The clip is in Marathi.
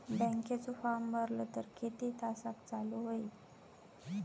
बँकेचो फार्म भरलो तर किती तासाक चालू होईत?